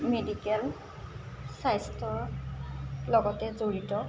medical স্বাস্থ্যৰ লগতে জড়িত